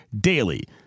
DAILY